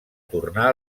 tornar